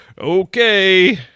okay